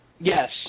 Yes